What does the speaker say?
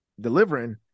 delivering